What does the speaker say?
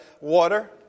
water